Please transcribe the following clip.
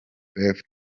faith